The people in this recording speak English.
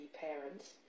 parents